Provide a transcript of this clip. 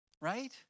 right